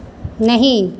नहीं